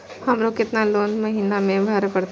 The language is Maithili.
हमरो केतना लोन महीना में भरे परतें?